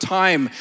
time